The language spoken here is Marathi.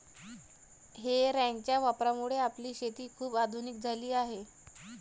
हे रॅकच्या वापरामुळे आपली शेती खूप आधुनिक झाली आहे